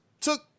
took